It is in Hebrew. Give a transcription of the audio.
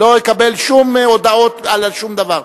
לא אקבל שום הודעות על שום דבר.